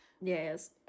Yes